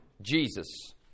Jesus